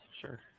sure